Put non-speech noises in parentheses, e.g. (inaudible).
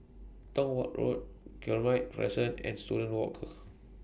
Tong Watt Road Guillemard Crescent and Student Walk (noise)